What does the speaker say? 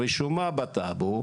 רשומה בטאבו,